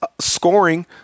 scoring